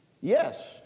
Yes